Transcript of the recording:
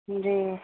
جی